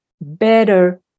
better